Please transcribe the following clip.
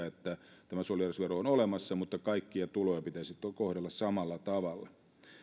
että tämä solidaarisuusvero on olemassa mutta kaikkia tuloja pitäisi kohdella samalla tavalla